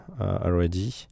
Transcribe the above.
already